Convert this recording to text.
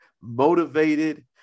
motivated